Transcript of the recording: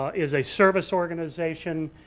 is a service organization.